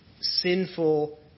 sinful